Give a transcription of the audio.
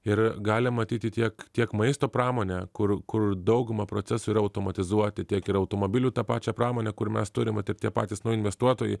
ir galim matyti tiek tiek maisto pramonę kur kur dauguma procesų automatizuoti tiek ir automobilių tą pačią pramonę kur mes turim vat ir tie patys investuotojai